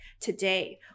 today